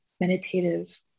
meditative